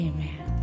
Amen